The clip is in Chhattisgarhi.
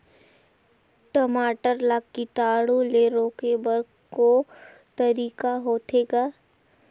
टमाटर ला कीटाणु ले रोके बर को तरीका होथे ग?